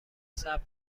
صبر